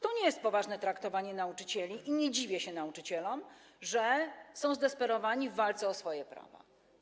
To nie jest poważne traktowanie nauczycieli i nie dziwię się nauczycielom, że są zdesperowani w walce o swoje prawa.